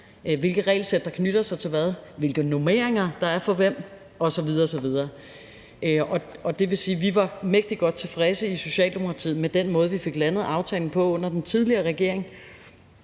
hvilke regelsæt der knytter sig til hvad, hvilke normeringer der er for hvem osv. osv. Det vil sige, at vi var mægtig godt tilfredse i Socialdemokratiet med den måde, vi fik landet aftalen på under den tidligere regering,